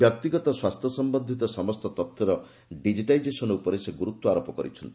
ବ୍ୟକ୍ତିଗତ ସ୍ୱାସ୍ଥ୍ୟ ସମ୍ଭନ୍ଧିତ ସମସ୍ତ ତଥ୍ୟର ଡିଜିଟାଇଜେସନ୍ ଉପରେ ସେ ଗୁରୁତ୍ୱାରୋପ କରିଛନ୍ତି